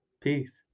peace